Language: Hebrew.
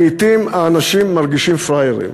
לעתים האנשים מרגישים פראיירים,